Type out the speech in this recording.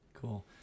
Cool